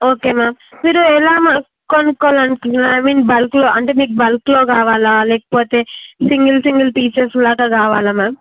okay ma'am మీరు ఎలా మా కొనుక్కోవాలనుకుంటున్నారు ఐ మీన్ బల్క్లో అంటే మీకు బల్క్లో కావాలా లేకపోతే సింగిల్ సింగిల్ పీసెస్ లాగా కావాలా మ్యామ్